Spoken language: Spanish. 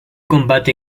combate